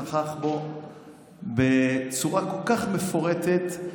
אני פירטתי את זה בשעה שיושב-ראש הכנסת נכח פה בצורה כל כך מפורטת,